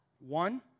One